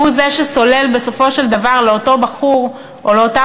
הוא שסולל בסופו של דבר לאותו בחור או לאותה